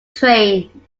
train